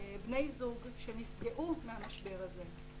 בני זוג שנפגעו מהמשבר הזה,